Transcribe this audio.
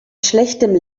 schlechtem